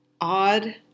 odd